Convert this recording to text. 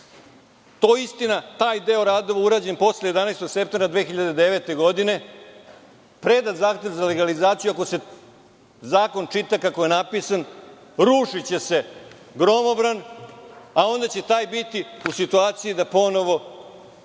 pored, taj deo radova urađen posle 11. septembra 2009. godine, predat zahtev za legalizaciju, ako se zakon čita kako je napisan, rušiće se gromobran i onda će taj biti u situaciji da ponovo